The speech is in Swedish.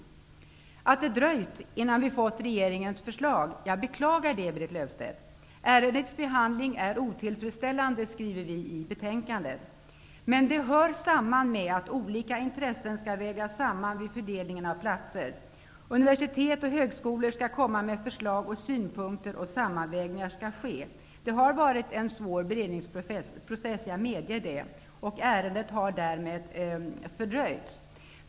Jag beklagar att det dröjt innan vi fått regeringens förslag, Berit Löfstedt. Ärendets behandling är otillfredsställande, skriver vi i betänkandet. Det hör samman med att olika intressen skall vägas samman vid fördelningen av platser. Universitet och högskolor skall komma med förslag och synpunkter och sammanvägningar skall ske. Jag medger att det har varit en svår beredningsprocess. Ärendet har därmed fördröjts.